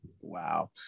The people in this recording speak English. wow